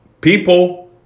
people